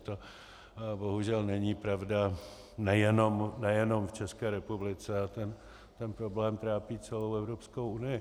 To bohužel není pravda nejenom v České republice a ten problém trápí celou Evropskou unii.